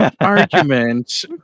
Argument